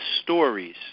stories